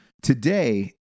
Today